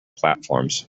platforms